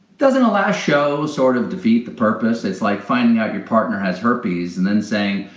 doesn't a last show sort of defeat the purpose? it's like finding out your partner has herpes and then saying,